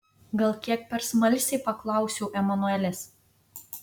gal kiek per smalsiai paklausiau emanuelės